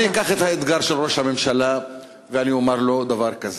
אני אקח את האתגר של ראש הממשלה ואני אומר לו דבר כזה: